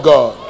God